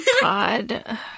God